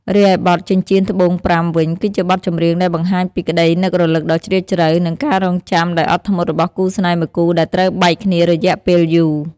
រីឯបទ ចិញ្ចៀនត្បូងប្រាំ វិញ គឺជាបទចម្រៀងដែលបង្ហាញពីក្តីនឹករលឹកដ៏ជ្រាលជ្រៅ និងការរង់ចាំដោយអត់ធ្មត់របស់គូស្នេហ៍មួយគូដែលត្រូវបែកគ្នារយៈពេលយូរ។